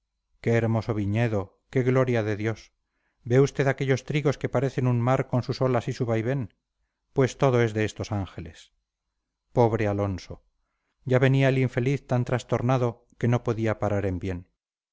qué hermoso viñedo qué gloria de dios ve usted aquellos trigos que parecen un mar con sus olas y su vaivén pues todo es de estos ángeles pobre alonso ya venía el infeliz tan trastornado que no podía parar en bien